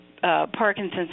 Parkinson's